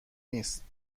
نیست